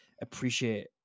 appreciate